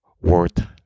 worth